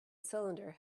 cylinder